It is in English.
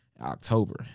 October